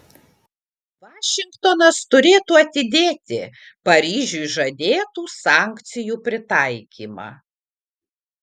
vašingtonas turėtų atidėti paryžiui žadėtų sankcijų pritaikymą